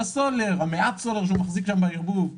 על המעט סולר שהוא מחזיק שם בערבוב,